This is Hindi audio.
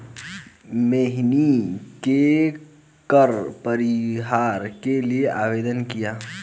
मोहिनी ने कर परिहार के लिए आवेदन किया